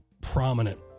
prominent